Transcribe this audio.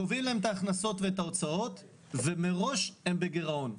קובעים להם את ההכנסות ואת ההוצאות ומראש הם בגירעון,